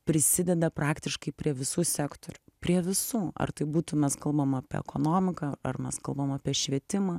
prisideda praktiškai prie visų sektorių prie visų ar tai būtų mes kalbam apie ekonomiką ar mes kalbam apie švietimą